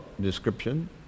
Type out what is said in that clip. description